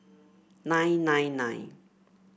nine nine nine